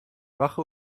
wache